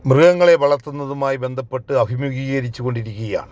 മൃഗങ്ങളെ വളർത്തുന്നതുമായി ബന്ധപ്പെട്ട് അഭിമുഖീകരിച്ചുകൊണ്ടിരിക്കുകയാണ്